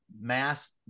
mass